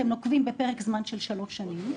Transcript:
אתם נוקבים בפרק זמן של שלוש שנים,